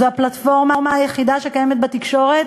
זו הפלטפורמה היחידה שקיימת בתקשורת,